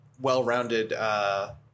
well-rounded